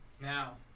Now